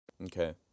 Okay